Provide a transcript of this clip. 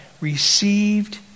Received